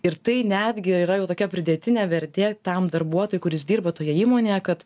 ir tai netgi yra jau tokia pridėtinė vertė tam darbuotojui kuris dirba toje įmonėje kad